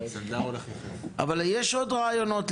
אבל יש עוד רעיונות,